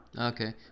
Okay